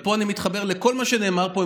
ופה אני מתחבר לכל מה שנאמר פה.